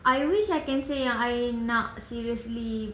I wish I can say yang I nak seriously